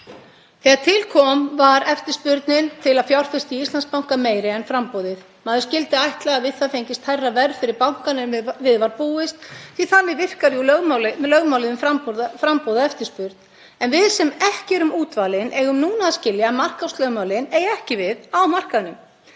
Þegar til kom var eftirspurnin eftir að fjárfesta í Íslandsbanka meiri en framboðið. Maður skyldi ætla að við það fengist hærra verð fyrir bankann en við var búist, því að þannig virkar jú lögmálið um framboð og eftirspurn. En við sem ekki erum útvalin eigum núna að skilja að markaðslögmálin eigi ekki við á markaðnum.